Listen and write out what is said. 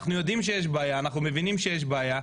אנחנו יודעים שיש בעיה, אנחנו מבינים שיש בעיה.